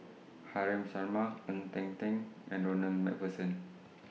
Haresh Sharma Ng Eng Teng and Ronald MacPherson